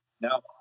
Now